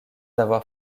avoir